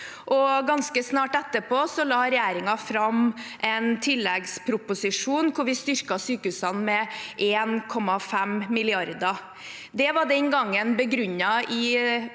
ganske snart etterpå la regjeringen fram en tilleggsproposisjon hvor vi styrket sykehusene med 1,5 mrd. kr. Det var den gangen begrunnet i